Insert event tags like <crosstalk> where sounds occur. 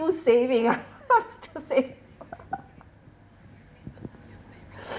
still saving <laughs> still saving <laughs> <breath>